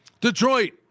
Detroit